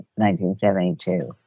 1972